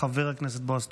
חבר הכנסת בועז טופורובסקי.